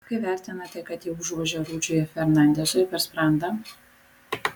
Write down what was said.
kaip vertinate kad jie užvožė rudžiui fernandezui per sprandą